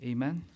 Amen